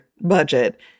budget